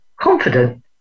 confident